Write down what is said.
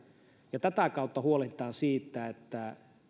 ja tätä kautta huolehditaan siitä että